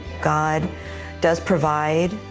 god does provide,